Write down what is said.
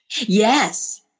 Yes